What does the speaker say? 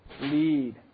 lead